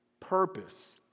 purpose